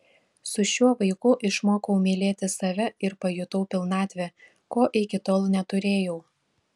su šiuo vaiku išmokau mylėti save ir pajutau pilnatvę ko iki tol neturėjau